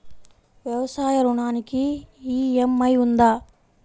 వ్యవసాయ ఋణానికి ఈ.ఎం.ఐ ఉందా?